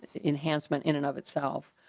enhancement in and of itself.